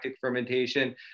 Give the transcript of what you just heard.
fermentation